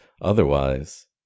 Otherwise